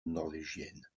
norvégienne